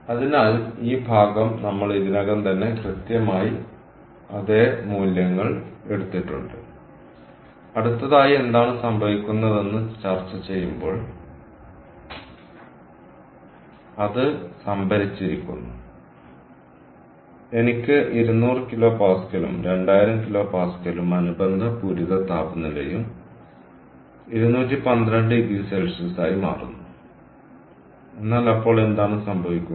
അതിനാൽ ഈ ഭാഗം നമ്മൾ ഇതിനകം തന്നെ കൃത്യമായി അതേ മൂല്യങ്ങൾ എടുത്തിട്ടുണ്ട് അടുത്തതായി എന്താണ് സംഭവിക്കുന്നതെന്ന് ചർച്ചചെയ്യുമ്പോൾ അത് സംഭരിച്ചിരിക്കുന്നു എനിക്ക് 200 കിലോ പാസ്കലും 2000 കിലോ പാസ്കലും അനുബന്ധ പൂരിത താപനിലയും 212oC ആയി മാറുന്നു എന്നാൽ അപ്പോൾ എന്താണ് സംഭവിക്കുന്നത്